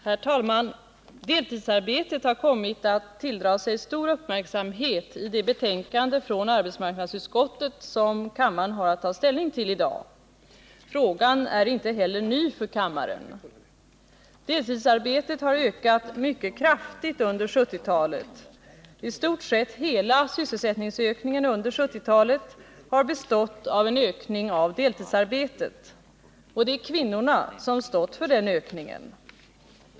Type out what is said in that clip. Herr talman! Deltidsarbetet har kommit att tilldra sig stor uppmärksamhet i det betänkande från arbetsmarknadsutskottet som kammaren har att ta ställning till i dag. Frågan är inte heller ny för kammaren. Deltidsarbetet har ökat mycket kraftigt under 1970-talet. I stort sett hela sysselsättningsökningen under 1970-talet har bestått av en ökning av deltidsarbetet, och det är kvinnorna som stått för den ökningen.